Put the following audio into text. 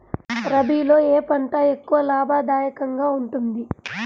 రబీలో ఏ పంట ఎక్కువ లాభదాయకంగా ఉంటుంది?